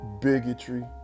bigotry